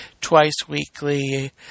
twice-weekly